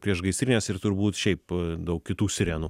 priešgaisrinės ir turbūt šiaip daug kitų sirenų